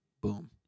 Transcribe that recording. Boom